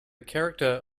character